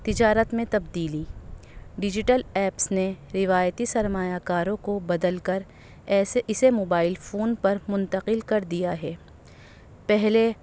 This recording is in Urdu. تجارت میں تبدیلی ڈیجیٹل ایپس نے روایتی سرمایہ کاروں کو بدل کر ایسے اسے موبائل فون پر منتقل کر دیا ہے پہلے